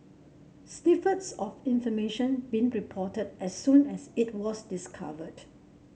snippets of information being reported as soon as it was discovered